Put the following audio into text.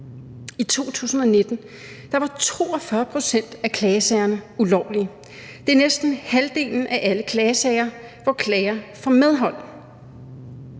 I 2019 var 42 pct. af klagesagerne ulovlige. Det er næsten halvdelen af alle klagesager, hvor klager får medhold.